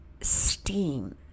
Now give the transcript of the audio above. steam